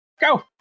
Go